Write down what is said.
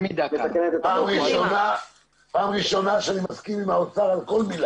פעם ראשונה שאני מסכים עם האוצר בכל מילה.